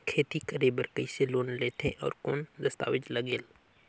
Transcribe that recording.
खेती करे बर कइसे लोन लेथे और कौन दस्तावेज लगेल?